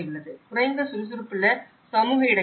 குறைந்த சுறுசுறுப்புள்ள சமூக இடங்கள் உள்ளன